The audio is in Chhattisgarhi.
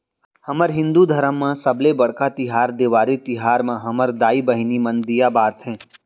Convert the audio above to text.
हमर हिंदू धरम म सबले बड़का तिहार देवारी तिहार म हमर दाई बहिनी मन दीया बारथे